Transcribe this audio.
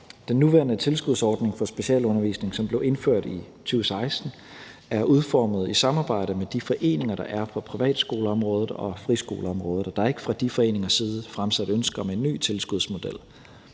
Den nuværende tilskudsordning for specialundervisning, som blev indført i 2016, er udformet i samarbejde med de foreninger, der er på privatskoleområdet og friskoleområdet, og der er ikke fra de foreningers side fremsat ønske om en ny tilskudsmodel.